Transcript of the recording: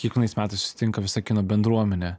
kiekvienais metais susitinka visa kino bendruomenė